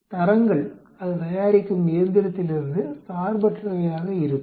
தரங்கள் அது தயாரிக்கும் இயந்திரத்திலிருந்து சார்பற்றவையாக இருக்கும்